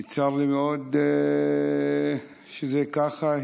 צר לי מאוד שזה ככה,